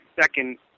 second